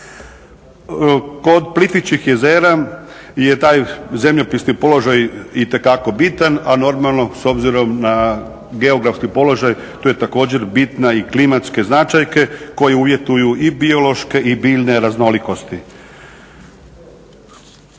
Kod Plitvičkih jezera je taj zemljopisni položaj itekako bitan, a normalno s obzirom na geografski položaj tu su također bitne i klimatske značajke koje uvjetuju i biološke i biljne raznolikosti.